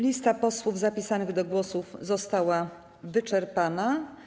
Lista posłów zapisanych do głosu została wyczerpana.